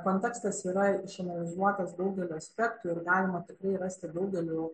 kontekstas yra išanalizuotas daugeliu aspektų ir galima tikrai rasti daugelių